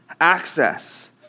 access